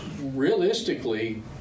realistically